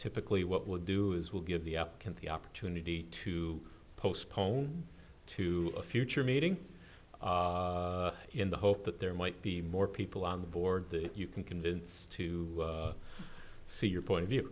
typically what we'll do is we'll give the can the opportunity to postpone to a future meeting in the hope that there might be more people on the board that you can convince to see your point of view